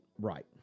Right